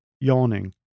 yawning